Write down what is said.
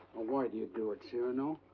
why do you do it, cyrano?